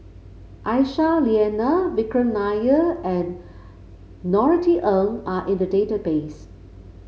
Aisyah Lyana Vikram Nair and Norothy Ng are in the database